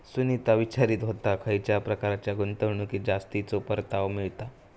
सुनीता विचारीत होता, खयच्या प्रकारच्या गुंतवणुकीत जास्तीचो परतावा मिळता?